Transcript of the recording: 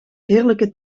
heerlijke